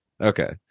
Okay